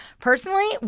personally